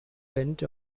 went